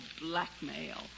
blackmail